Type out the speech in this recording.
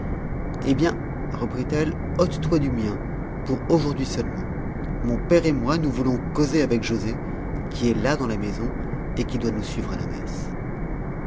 eh bien reprit-elle ôte toi du mien pour aujourd'hui seulement mon père et moi nous voulons causer avec joset qui est là dans la maison et qui doit nous suivre à la messe